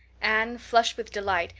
anne, flushed with delight,